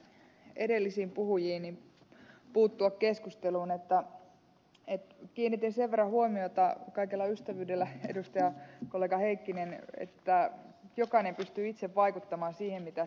sen verran täytyy puuttua edellisten puhujien keskusteluun että kiinnitin sen verran huomiota kaikella ystävyydellä edustajakollega heikkinen että jokainen pystyy itse vaikuttamaan siihen mitä syö